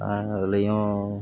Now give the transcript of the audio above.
அதிலையும்